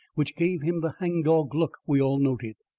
which gave him the hang-dog look we all noted.